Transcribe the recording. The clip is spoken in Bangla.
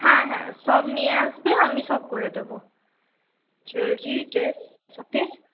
হ্যাঁ হ্যাঁ সব নিয়ে আসবে আমি সব করে দেব জুয়েলারি ড্রেস